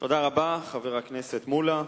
תודה רבה, חבר הכנסת מולה.